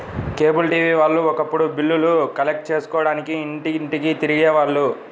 cable TV వాళ్ళు ఒకప్పుడు బిల్లులు కలెక్ట్ చేసుకోడానికి ఇంటింటికీ తిరిగే వాళ్ళు